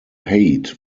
height